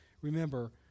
Remember